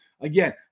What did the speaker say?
Again